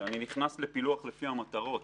כשאני נכנס לפילוח לפני המטרות,